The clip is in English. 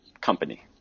company